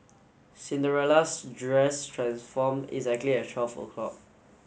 Cinderella's dress transformed exactly at twelve o'clock